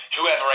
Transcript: whoever